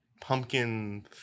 pumpkin